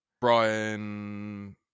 Brian